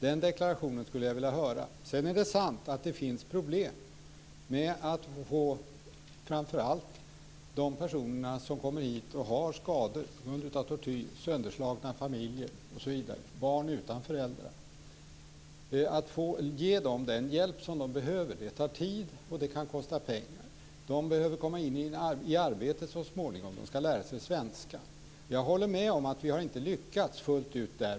Den deklarationen skulle jag vilja höra. Sedan är det sant att det finns problem. Det finns framför allt problem med de personer som kommer hit och har skador på grund av tortyr, sönderslagna familjer osv. Det kan också vara barn utan föräldrar. Det är svårt att ge dem den hjälp de behöver. Det tar tid, och det kan kosta pengar. De behöver komma in i arbete så småningom, och de ska lära sig svenska. Jag håller med om att vi inte har lyckats fullt ut där.